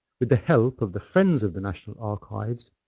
with the help of the friends of the national archives,